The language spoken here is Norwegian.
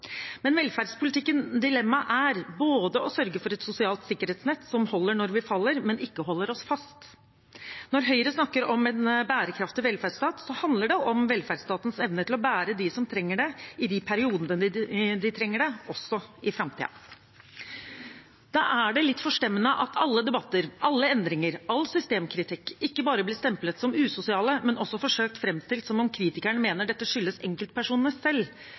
Men velferdspolitikkens dilemma er både å sørge for et sosialt sikkerhetsnett som holder når vi faller, men ikke holder oss fast. Når Høyre snakker om en bærekraftig velferdsstat, handler det om velferdsstatens evne til å bære de som trenger det i de periodene de trenger det, også i framtiden. Da er det litt forstemmende at alle debatter, alle endringer, all systemkritikk ikke bare blir stemplet som usosiale, men også forsøkt framstilt som om kritikerne mener dette skyldes enkeltpersonene selv.